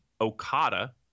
Okada